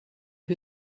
who